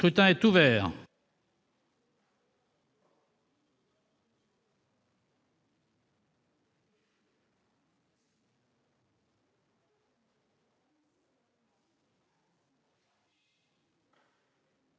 Le scrutin est ouvert.